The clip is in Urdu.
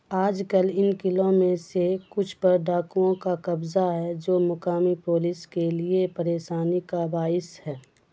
آج کل ان قلعوں میں سے کچھ پر ڈاکوؤں کا قبضہ ہے جو مقامی پولیس کے لیے پریشانی کا باعث ہے